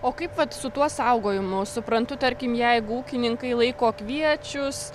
o kaip vat su tuo saugojimu suprantu tarkim jeigu ūkininkai laiko kviečius